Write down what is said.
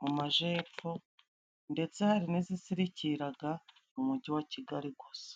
mu majepfo ndetse hari n'izi sirikiraga mu mujyi wa kigali gusa.